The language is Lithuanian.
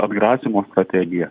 atgrasymo strategiją